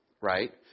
right